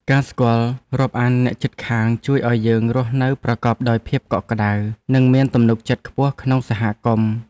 ការស្គាល់រាប់អានអ្នកជិតខាងជួយឱ្យយើងរស់នៅប្រកបដោយភាពកក់ក្តៅ និងមានទំនុកចិត្តខ្ពស់ក្នុងសហគមន៍។